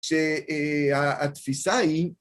שהתפיסה היא